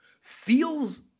feels